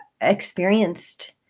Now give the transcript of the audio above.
experienced